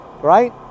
Right